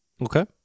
Okay